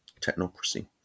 Technocracy